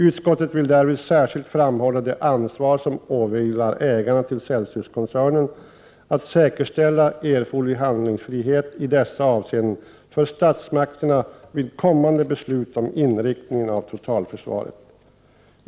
Utskottet vill därvid särskilt framhålla det ansvar som åvilar ägarna till Celsiuskoncernen att säkerställa erforderlig handlingsfrihet i dessa avseenden för statsmakterna vid kommande beslut om inriktningen av totalförsvaret.